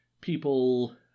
people